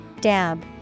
Dab